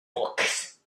books